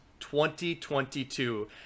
2022